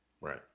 right